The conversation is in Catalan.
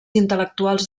intel·lectuals